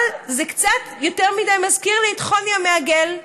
אבל זה קצת יותר מדי מזכיר לי את חוני המעגל.